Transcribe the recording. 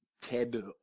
Ted